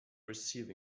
receiving